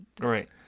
Right